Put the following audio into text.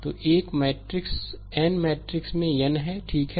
तो एक matrix n matrix में n है ठीक है